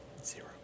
Zero